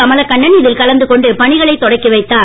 கமலக்கண்ணன் இதில் கலந்து கொண்டு பணிகளைத் தொடக்கி வைத்தார்